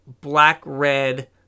black-red